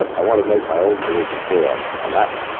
i want to make my own position clear on on that one.